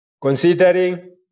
considering